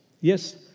Yes